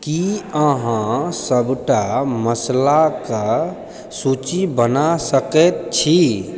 की अहाँ सबटा मसलाके सूची बना सकैत छी